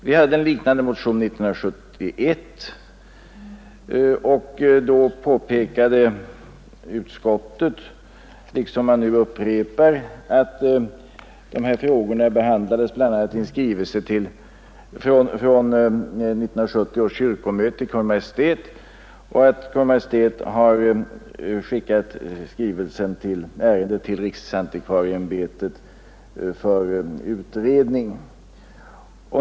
Vi hade en liknande motion 1971, och då påpekade utskottet att de här frågorna behandlats bl.a. i en skrivelse till Kungl. Maj:t från 1970 års kyrkomöte och att Kungl. Maj:t har skickat ärendet till riksantikvarieämbetet för utredning.